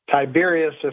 Tiberius